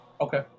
Okay